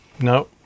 No